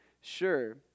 sure